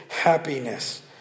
happiness